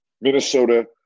Minnesota